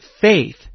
faith